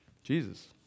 Jesus